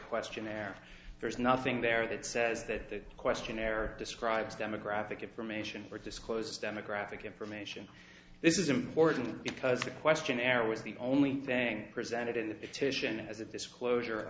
questionnaire there's nothing there that says that the questionnaire describes demographic information or disclose demographic information this is important because a questionnaire was the only thing presented in the petition as a disclosure